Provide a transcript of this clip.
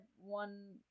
one